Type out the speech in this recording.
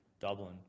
Dublin